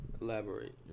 Elaborate